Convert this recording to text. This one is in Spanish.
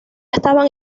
estaban